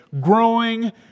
growing